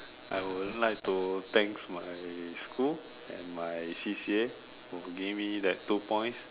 I would like to thanks my school and my C_C_A who give me that two points